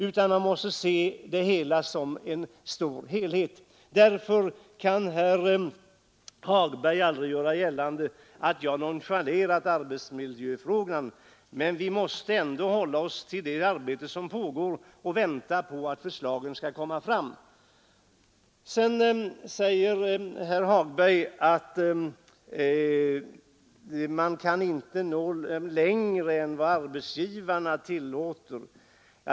Frågorna måste ses som en helhet. Därför kan herr Hagberg aldrig göra gällande att jag nonchalerat arbetsmiljöfrågan. Vi måste ta fasta på det arbete som pågår och avvakta de resultat som det kan leda till. Vidare säger herr Hagberg att man inte kan nå längre än vad arbetsgivarna tillåter.